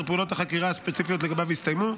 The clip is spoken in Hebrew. פעולות החקירה הספציפיות לגביו יסתיימו,